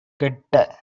கெட்ட